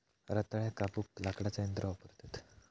रताळ्याक कापूक लाकडाचा यंत्र वापरतत